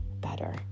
better